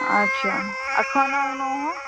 अच्छा आ खाना उना वहाँ